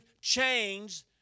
change